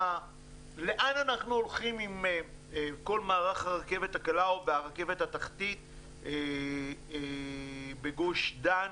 לאן אנחנו הולכים עם כל מערך הרכבת הקלה ו/או הרכבת התחתית בגוש דן